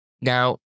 Now